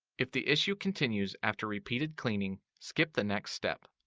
if the issue continues after repeated cleaning, skip the next step.